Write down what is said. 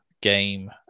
game